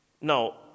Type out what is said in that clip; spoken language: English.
Now